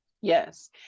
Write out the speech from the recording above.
yes